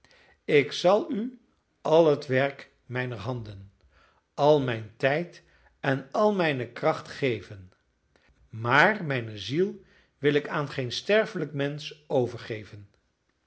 ik zal u al het werk mijner handen al mijn tijd en al mijne kracht geven maar mijne ziel wil ik aan geen sterfelijk mensch overgeven